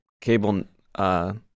cable